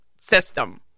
system